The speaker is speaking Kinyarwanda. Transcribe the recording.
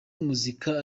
muzika